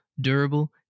durable